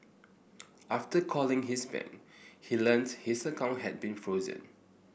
after calling his bank he learnt his account had been frozen